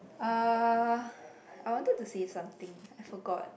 uh I wanted to say something I forgot